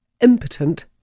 impotent